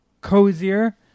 cozier